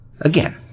Again